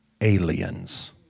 aliens